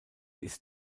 ist